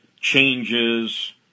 changes